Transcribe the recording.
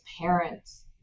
parents